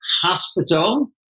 hospital